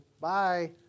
bye